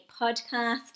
podcast